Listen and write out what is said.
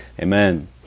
Amen